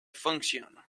function